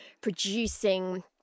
producing